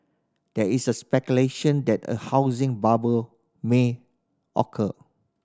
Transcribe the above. there is speculation that a housing bubble may occur